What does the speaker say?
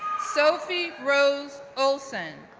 sophie rose olson,